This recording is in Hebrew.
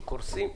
שקורסים,